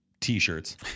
T-shirts